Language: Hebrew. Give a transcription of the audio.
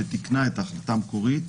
שתיקנה את ההחלטה המקורית,